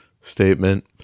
statement